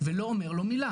ולא אומר לו מילה